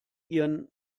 ihren